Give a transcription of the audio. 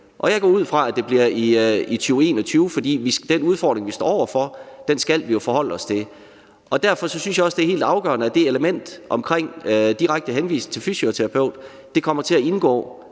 og jeg går ud fra, at det bliver i 2021, for den udfordring, vi står over for, skal vi jo forholde os til. Derfor synes jeg også, det er helt afgørende, at det element om direkte henvisning til fysioterapeut kommer til at indgå